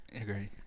agree